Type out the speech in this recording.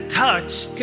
touched